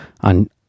on